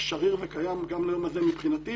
שריר וקיים גם לעניין הזה מבחינתי,